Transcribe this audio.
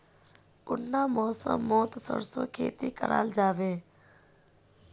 कुंडा मौसम मोत सरसों खेती करा जाबे?